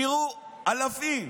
תראו, אלפים